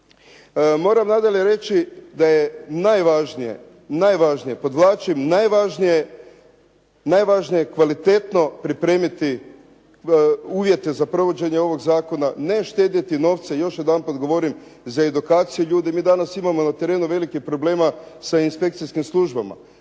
Moram nadalje reći da je najvažnije, podvlačim najvažnije kvalitetno pripremiti uvjete za provođenje ovog zakona, ne štedjeti novce još jedanput govorim za edukaciju ljudi. Mi danas na terenu imamo velikih problema sa inspekcijskim službama.